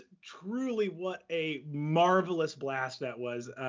truly what a marvelous blast that was,